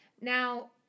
Now